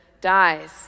dies